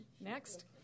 Next